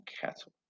cattle